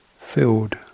filled